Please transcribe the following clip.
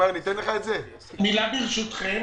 מילה ברשותכם.